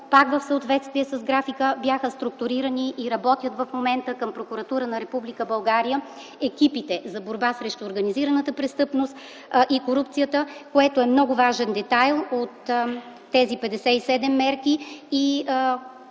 в съответствие с графика бяха структурирани и работят към прокуратурата на Република България екипи за борба с организираната престъпност и корупцията, което е много важен детайл от тези 57 мерки,